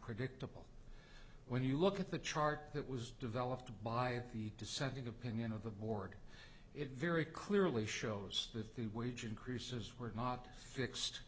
predictable when you look at the chart that was developed by the dissenting opinion of the board it very clearly shows that the wage increases were not fixed